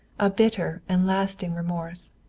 a bitter and lasting remorse.